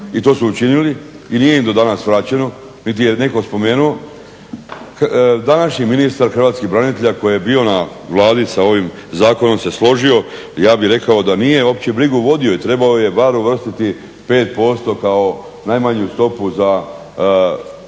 i to su učinili i nije im do danas vraćeno, niti je netko spomenuo. Današnji ministar hrvatskih branitelja koji je bio na Vladi sa ovim zakonom se složio. Ja bih rekao da nije opće brigu vodio i trebao je bar uvrstiti 5% kao najmanju stopu za